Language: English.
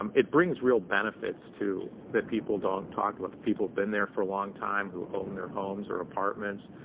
um it brings real benefits too that people don't talk about. the people who've been there for a long time who own their homes or apartments,